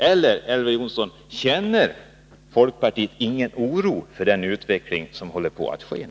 Eller känner folkpartiet ingen oro för den utveckling som nu pågår, Elver Jonsson?